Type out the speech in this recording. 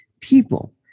people